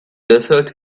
desert